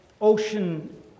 ocean